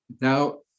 Now